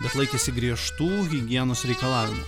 bet laikėsi griežtų higienos reikalavimų